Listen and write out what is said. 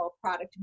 product